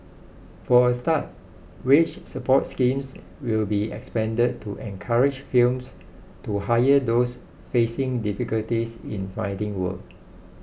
for a start wage support schemes will be expanded to encourage films to hire those facing difficulty in finding work